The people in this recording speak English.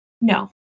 No